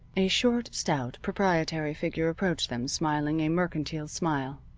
a short, stout, proprietary figure approached them smiling a mercantile smile.